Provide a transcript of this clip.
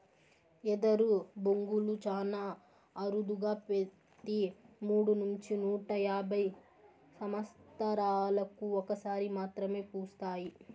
ఎదరు బొంగులు చానా అరుదుగా పెతి మూడు నుంచి నూట యాభై సమత్సరాలకు ఒక సారి మాత్రమే పూస్తాయి